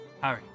Harry